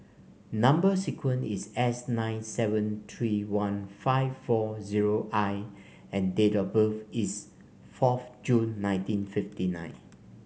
number sequence is S nine seven three one five four zero I and date of birth is fourth June nineteen fifty nine